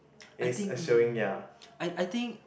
I think um I I think